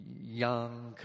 young